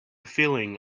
feeling